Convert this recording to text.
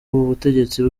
butegetsi